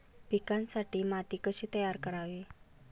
पिकांसाठी माती कशी तयार करावी?